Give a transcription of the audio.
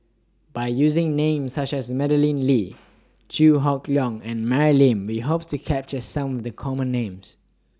By using Names such as Madeleine Lee Chew Hock Leong and Mary Lim We Hope to capture Some The Common Names